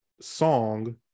song